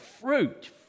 fruit